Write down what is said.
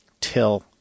till